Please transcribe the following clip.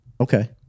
okay